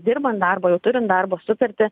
dirbant darbą jau turint darbo sutartį